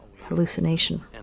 hallucination